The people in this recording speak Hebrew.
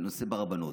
ברבנות.